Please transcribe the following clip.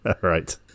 right